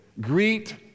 Greet